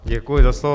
Děkuji za slovo.